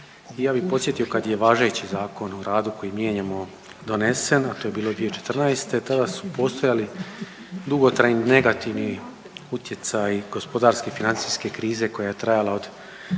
ja bih podsjetio kad je važeći Zakon o radu koji mijenjamo donesen, a to je bilo 2014. tada su postojali dugotrajni negativni utjecaji gospodarske, financijske krize koja je trajala od